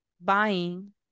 buying